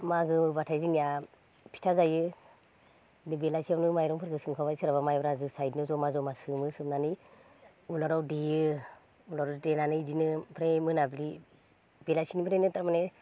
मागोब्लाथाय जोंनिया फिथा जायो बेलासियावनो माइरंफोरखो सोमखाबाय सोरहाबा माइब्रा जोसा इदिनो जमा जमा सोमो सोमनानै उलाराव देयो उलाराव देनानै बिदिनो ओमफ्राय मोनाब्लि बेलासिनिफ्रायनो थारमाने